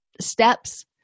steps